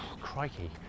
Crikey